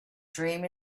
dream